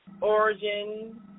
origin